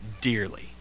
dearly